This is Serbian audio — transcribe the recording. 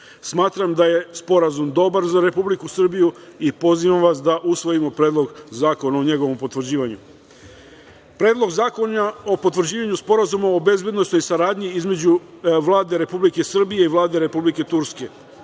Smatram da je sporazum dobar za Republiku Srbiju i pozivam vas da usvojimo Predlog zakona o njegovom potvrđivanju. Predlog zakona o potvrđivanju Sporazuma o bezbednosnoj saradnji između Vlade Republike Srbije i Vlade Republike Turske.